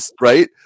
Right